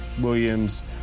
Williams